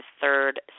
third